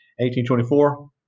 1824